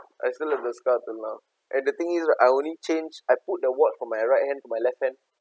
I still have the scar until now and the thing is I only change I put the watch from my right hand to my left hand